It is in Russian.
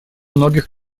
многих